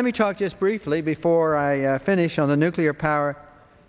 let me talk just briefly before i finish on the nuclear power